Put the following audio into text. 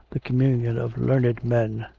the communion of learned men,